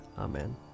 Amen